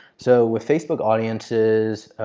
so, with facebook audiences,